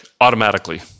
automatically